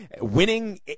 Winning